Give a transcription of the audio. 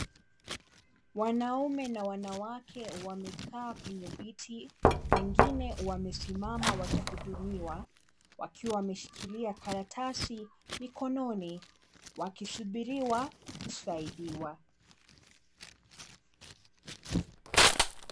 Wanaume na wanawake wamekaa kwenye viti wengine wamesimama wakihudumiwa wakiwa wameshikilia karatasi mikononi wakisubiriwa kusaidiwa.